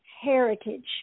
heritage